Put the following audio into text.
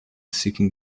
seeking